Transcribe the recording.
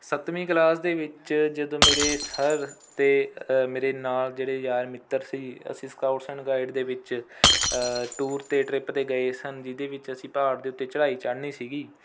ਸੱਤਵੀਂ ਕਲਾਸ ਦੇ ਵਿੱਚ ਜਦੋਂ ਮੇਰੇ ਸਰ ਅਤੇ ਅ ਮੇਰੇ ਨਾਲ ਜਿਹੜੇ ਯਾਰ ਮਿੱਤਰ ਸੀ ਅਸੀਂ ਸਕਾਊਟਸ ਐਂਡ ਗਾਈਡ ਦੇ ਵਿੱਚ ਟੂਰ 'ਤੇ ਟਰਿੱਪ ਤੇ ਗਏ ਸਨ ਜਿਹਦੇ ਵਿੱਚ ਅਸੀਂ ਪਹਾੜ ਦੇ ਉੱਤੇ ਚੜ੍ਹਾਈ ਚੜ੍ਹਨੀ ਸੀਗੀ